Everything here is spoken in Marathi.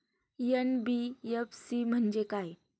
एन.बी.एफ.सी म्हणजे काय?